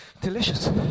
Delicious